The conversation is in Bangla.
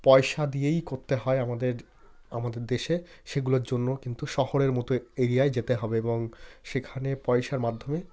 পয়সা দিয়েই করতে হয় আমাদের আমাদের দেশে সেগুলোর জন্য কিন্তু শহরের মতো এরিয়ায় যেতে হবে এবং সেখানে পয়সার মাধ্যমে